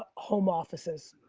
ah home offices,